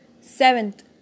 Seventh